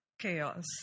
chaos